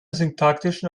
syntaktischen